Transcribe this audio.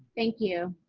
thank you.